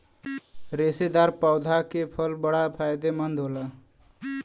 रेशेदार पौधा के फल बड़ा फायदेमंद होला